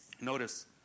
Notice